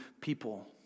people